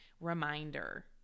reminder